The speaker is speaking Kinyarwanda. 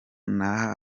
naha